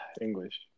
English